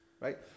right